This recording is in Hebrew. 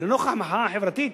ולנוכח המחאה החברתית